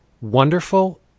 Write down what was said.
wonderful